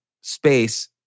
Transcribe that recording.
space